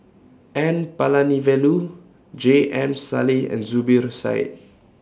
N Palanivelu J M Sali and Zubir Said